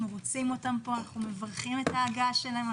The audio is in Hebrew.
אנחנו רוצים אותם ומברכים את ההגעה שלהם.